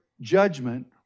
judgment